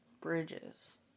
bridges